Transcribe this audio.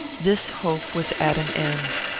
this hope was at an end.